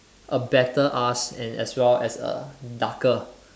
a better us and as well as a darker